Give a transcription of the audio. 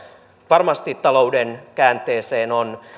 varmasti talouden käänteeseen on